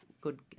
Good